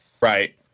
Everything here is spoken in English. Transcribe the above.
Right